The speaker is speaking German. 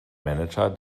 manager